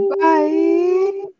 Bye